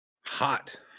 Hot